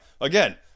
Again